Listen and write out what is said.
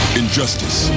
injustice